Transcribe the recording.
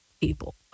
people